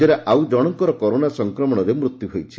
ରାଜ୍ୟରେ ଆଉ ଜଣଙ୍କର କରୋନା ସଂକ୍ରମଣରେ ମୃତ୍ର୍ୟ ହୋଇଛି